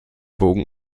bogen